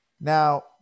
Now